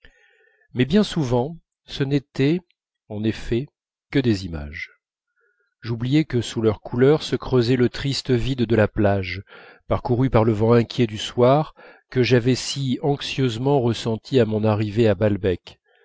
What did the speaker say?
mais bien souvent ce n'était en effet que des images j'oubliais que sous leur couleur se creusait le triste vide de la plage parcouru par le vent inquiet du soir que j'avais si anxieusement ressenti à mon arrivée à balbec